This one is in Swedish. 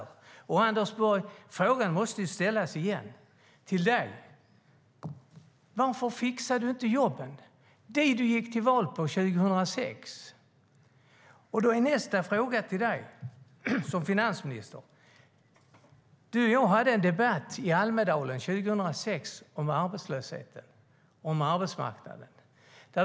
Jag måste ställa fråga igen till dig, Anders Borg: Varför fixar du inte de jobb du gick till val på 2006? Då har jag ytterligare en fråga till dig, finansministern. Du och jag hade en debatt i Almedalen 2006 om arbetslösheten och arbetsmarknaden.